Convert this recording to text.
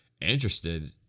interested